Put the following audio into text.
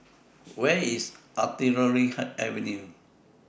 Where IS Artillery Avenue